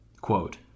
quote